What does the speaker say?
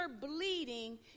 bleeding